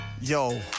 Yo